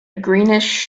greenish